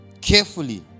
carefully